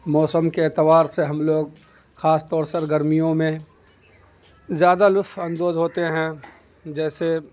موسم کے اعتبار سے ہم لوگ خاص طور سے گرمیوں میں زیادہ لطف اندوز ہوتے ہیں جیسے